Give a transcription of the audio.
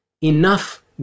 Enough